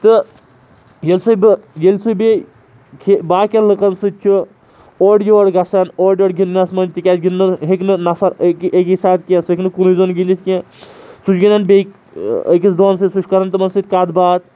تہٕ ییٚلہِ سُے بہٕ ییٚلہِ سُہ بیٚیہِ کھَ باقیَن لُکَن سۭتۍ چھُ اورٕ یورٕ گژھان اورٕ یور گِنٛدنَس منٛز تِکیازِ گِنٛدنَس ہیٚکہِ نہٕ نَفَر أکی أکی ساتھ کینٛہہ سُہ ہیٚکہِ نہٕ کُنُے زوٚن گِندِتھ کینٛہہ سُہ چھِ گِنٛدَن بیٚیہِ أکِس دۄن سۭتۍ سُہ چھِ کَران تِمَن سۭتۍ کَتھ باتھ